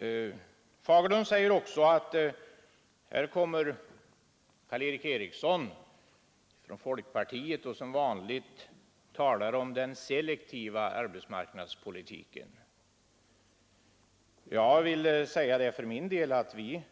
Herr Fagerlund sade också att här kommer Karl Erik Eriksson från folkpartiet och talar som vanligt om den selektiva arbetsmarknadspolitiken. Jag vill säga att vi